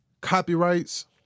copyrights